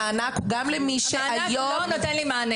המענק הוא גם למי שהיום --- זה לא נותן לי מענה.